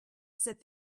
said